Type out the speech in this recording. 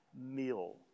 meal